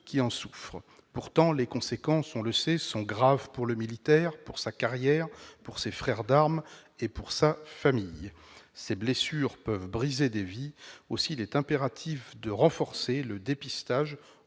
qui en souffrent. Pourtant les conséquences, on le sait, peuvent être graves pour le militaire, sa carrière, ses frères d'armes et sa famille. Ces blessures peuvent briser des vies. Aussi est-il impératif de renforcer le dépistage